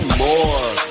more